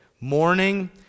morning